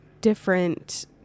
different